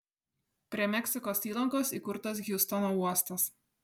prie meksikos įlankos įkurtas hjustono uostas